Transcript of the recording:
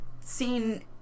seen